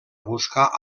buscar